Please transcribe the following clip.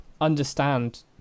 understand